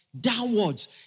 downwards